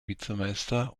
vizemeister